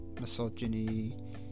misogyny